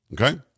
Okay